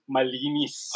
Malinis